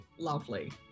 lovely